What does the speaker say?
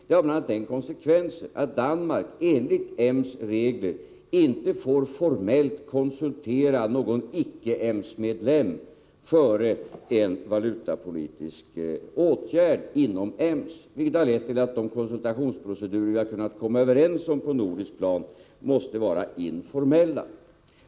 Det får bl.a. den konsekvensen att Danmark, enligt EMS:s regler, formellt sett inte får konsultera någon som icke är EMS-medlem i fråga om en valutapolitisk åtgärd inom EMS. Det har lett till att de konsultationsprocedurer som vi kunnat komma överens om på det nordiska planet måste vara informella.